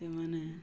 ସେମାନେ